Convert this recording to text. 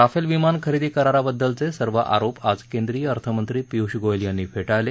Rafale विमान खरेदी कराराबद्दलचे सर्व आरोप आज केंद्रीय अर्थमंत्री पियूष गोयल यांनी फेटाळले